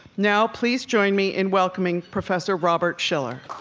now, please join me in welcoming professor robert shiller.